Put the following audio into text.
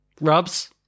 Rubs